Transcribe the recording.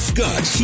Scott